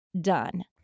done